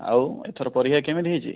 ଆଉ ଏଥର ପରୀକ୍ଷା କେମିତି ହୋଇଛି